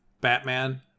Batman